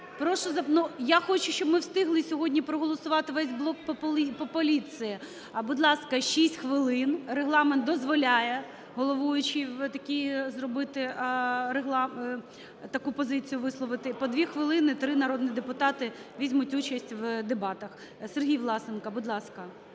я хочу, щоб ми встигли сьогодні проголосувати весь блок по поліції. Будь ласка, 6 хвилин. Регламент дозволяє головуючій такий зробити регламент… таку позицію висловити: по дві хвилини три народних депутатів візьмуть участь в дебатах. Сергій Власенко, будь ласка.